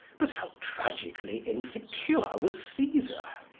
but how tragically insecure was caesar!